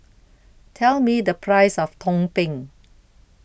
Tell Me The Price of Tumpeng